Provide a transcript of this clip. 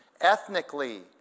ethnically